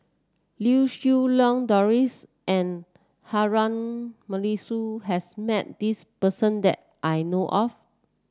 Lau Siew Lang Doris and Harun Aminurrashid has met this person that I know of